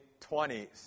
20s